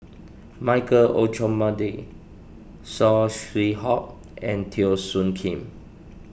Michael Olcomendy Saw Swee Hock and Teo Soon Kim